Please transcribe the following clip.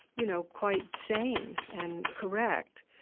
you know, quite sane and correct.